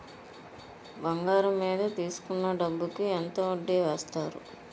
బంగారం మీద తీసుకున్న డబ్బు కి ఎంత వడ్డీ వేస్తారు?